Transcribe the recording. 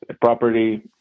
property